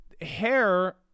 hair